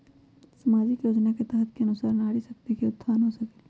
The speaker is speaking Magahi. सामाजिक योजना के तहत के अनुशार नारी शकति का उत्थान हो सकील?